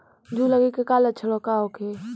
जूं लगे के का लक्षण का होखे?